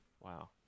Wow